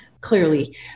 clearly